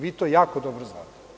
Vi to jako dobro znate.